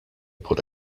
put